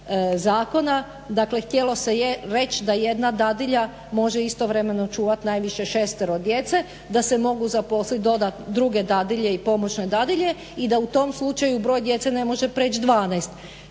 zakona, dakle htjelo se reći da jedna dadilja može istovremeno čuvati najviše 6 djece, da se mogu zaposliti druge dadilje i pomoćne dadilje i da u tom slučaju broj djece ne može prijeći 12.